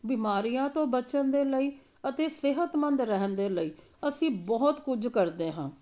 ਬਿਮਾਰੀਆਂ ਤੋਂ ਬਚਣ ਦੇ ਲਈ ਅਤੇ ਸਿਹਤਮੰਦ ਰਹਿਣ ਦੇ ਲਈ ਅਸੀਂ ਬਹੁਤ ਕੁਝ ਕਰਦੇ ਹਾਂ